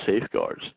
safeguards